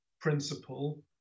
principle